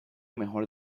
mejor